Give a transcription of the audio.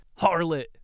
Harlot